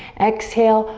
exhale,